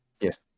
Yes